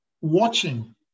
watching